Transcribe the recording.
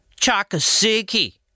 Chakasiki